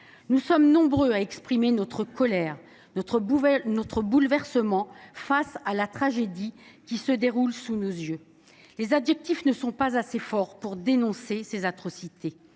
Nous sommes nombreux à exprimer notre colère, notre bouleversement, face à la tragédie qui se déroule sous nos yeux. Les mots ne seront jamais assez forts pour dénoncer ces atrocités.